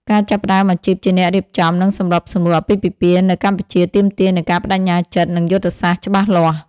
ការចាប់ផ្តើមអាជីពជាអ្នករៀបចំ និងសម្របសម្រួលអាពាហ៍ពិពាហ៍នៅកម្ពុជាទាមទារនូវការប្តេជ្ញាចិត្ត និងយុទ្ធសាស្ត្រច្បាស់លាស់។